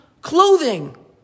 clothing